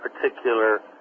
particular